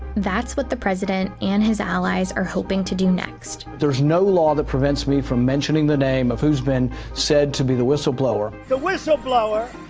that's what the president and his allies are hoping to do next. there's no law that prevents me from mentioning the name of who's been said to be the whistleblower. the whistleblower.